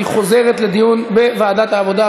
והיא חוזרת לדיון בוועדת העבודה,